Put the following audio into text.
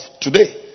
today